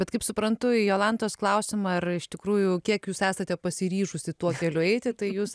bet kaip suprantu į jolantos klausimą ar iš tikrųjų kiek jūs esate pasiryžusi tuo keliu eiti tai jūs